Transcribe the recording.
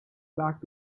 back